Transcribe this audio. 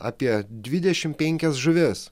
apie dvidešimt penkias žuvis